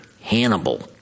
Hannibal